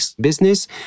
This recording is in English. business